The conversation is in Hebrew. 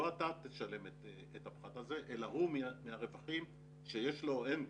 לא אתה תשלם את הפחת הזה אלא הוא מהרווחים שיש לו או אין לו.